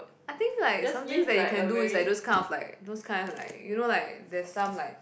I think like something that you can do is like those kind of like those kind of like you know like the sum like